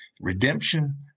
redemption